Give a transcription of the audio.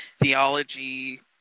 theology